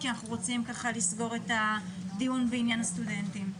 כי אנחנו רוצים לסגור את הדיון בעניין הסטודנטים.